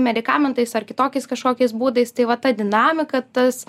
medikamentais ar kitokiais kažkokiais būdais tai va ta dinamika tas